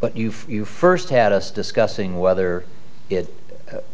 but you've you first had us discussing whether it